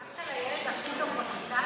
דווקא לילד הכי טוב בכיתה את מעירה?